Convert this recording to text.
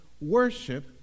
worship